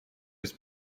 was